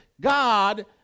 God